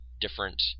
different